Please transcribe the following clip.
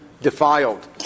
defiled